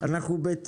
אומרים לו: